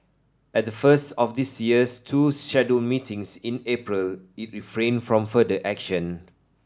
at the first of this year's two scheduled meetings in April it refrained from further action